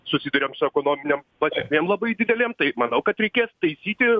susiduriam su ekonominėm pasekmėm labai didelėm tai manau kad reikės taisyti